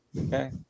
Okay